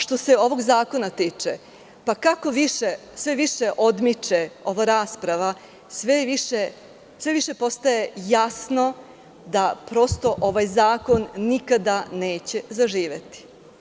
Što se ovog zakona tiče, kako sve više odmiče ova rasprava sve više postaje jasno da prosto ovaj zakon nikada neće zaživeti.